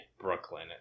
Brooklyn